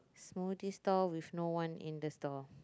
smoothie stall with no one in the stall